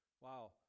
Wow